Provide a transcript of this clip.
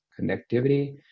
Connectivity